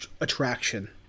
attraction